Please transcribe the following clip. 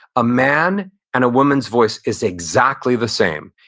a man and a woman's voice is exactly the same.